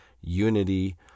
unity